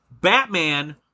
Batman